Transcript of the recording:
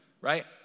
right